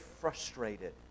frustrated